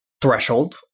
threshold